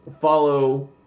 follow